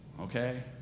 Okay